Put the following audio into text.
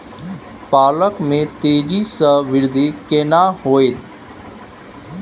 पालक में तेजी स वृद्धि केना होयत?